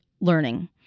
learning